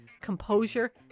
composure